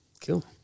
Cool